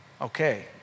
Okay